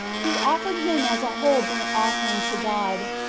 he offered him as a whole burnt-offering to god,